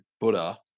buddha